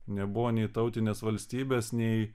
nebuvo nei tautinės valstybės nei